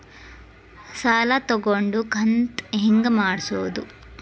ಸಾಲ ತಗೊಂಡು ಕಂತ ಹೆಂಗ್ ಮಾಡ್ಸೋದು?